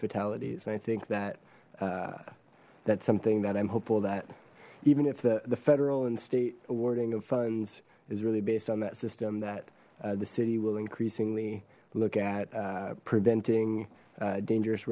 fatalities i think that that's something that i'm hopeful that even if the the federal and state awarding of funds is really based on that system that the city will increasingly look at preventing dangerous